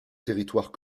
territoire